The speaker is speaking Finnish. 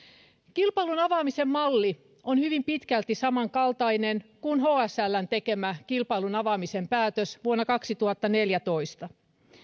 kilpailun avaamisen malli on hyvin pitkälti samankaltainen kuin hsln tekemä kilpailun avaamisen päätös vuonna kaksituhattaneljätoista